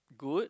good